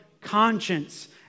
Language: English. conscience